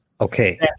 Okay